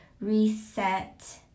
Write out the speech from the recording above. reset